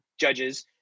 judges